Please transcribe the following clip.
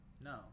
No